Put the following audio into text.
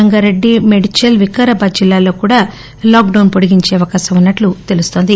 రంగారెడ్డి మేడ్చల్ వికారాబాద్ జిల్లాల్లో కూడా లాక్ పొడిగించే అవకాశం ఉన్న ట్లు తెలుస్తోంది